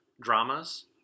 dramas